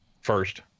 first